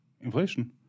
inflation